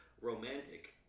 romantic